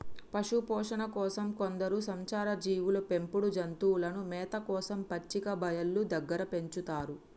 పశుపోషణ కోసం కొందరు సంచార జీవులు పెంపుడు జంతువులను మేత కోసం పచ్చిక బయళ్ళు దగ్గర పెంచుతారు